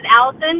Allison